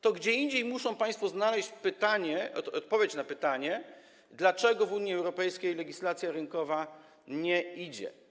To gdzie indziej muszą państwo znaleźć odpowiedź na pytanie, dlaczego w Unii Europejskiej legislacja rynkowa nie idzie.